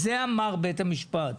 זו המציאות.